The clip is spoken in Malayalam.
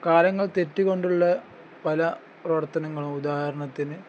കാലങ്ങൾ തെറ്റി കൊണ്ടുള്ള പല പ്രവർത്തനങ്ങളും ഉദാഹരണത്തിന്